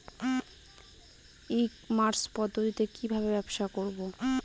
ই commerce পদ্ধতিতে কি ভাবে ব্যবসা করব?